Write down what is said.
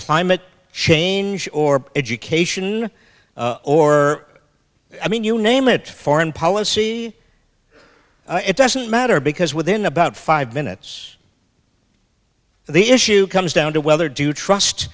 climate change or education or i mean you name it foreign policy it doesn't matter because within about five minutes the issue comes down to whether to trust